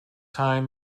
time